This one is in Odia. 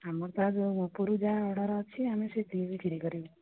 ଆମ ତ ଉପରୁ ଯାହା ଅର୍ଡ଼ର ଅଛି ଆମେ ସେତିକି ବିକ୍ରି କରିବୁ